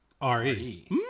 R-E